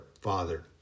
Father